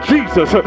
Jesus